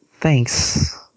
thanks